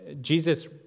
Jesus